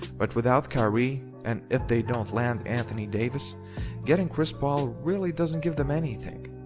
but without kyrie and if they don't land anthony davis getting chris paul really doesn't give them anything.